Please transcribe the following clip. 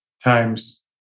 times